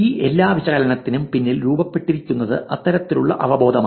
ഈ എല്ലാ വിശകലനത്തിനും പിന്നിൽ രൂപപ്പെട്ടിരിക്കുന്നത് അത്തരത്തിലുള്ള അവബോധമാണ്